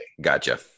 Gotcha